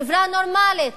חברה נורמלית,